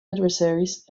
adversaries